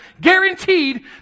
guaranteed